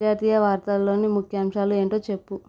అంతర్జాతీయ వార్తల్లోని ముఖ్యాంశాలు ఏంటో చెప్పు